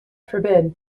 forbid